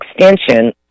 extension